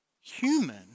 human